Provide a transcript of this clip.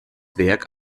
werk